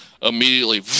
immediately